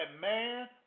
man